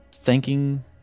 thanking